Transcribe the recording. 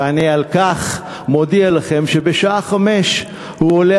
ואני על כך מודיע לכם שבשעה 17:00 הוא עולה